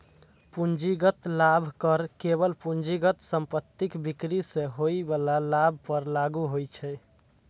पूंजीगत लाभ कर केवल पूंजीगत संपत्तिक बिक्री सं होइ बला लाभ पर लागू होइ छै